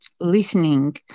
listening